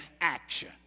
action